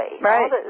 Right